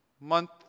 Month